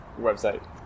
website